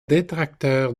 détracteurs